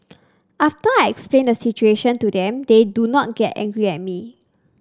after I explain the situation to them they do not get angry at me